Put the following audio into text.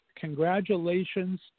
congratulations